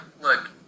look